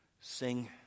sing